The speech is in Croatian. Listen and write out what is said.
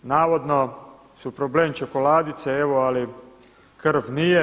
Navodno su problem čokoladice, evo ali krv nije.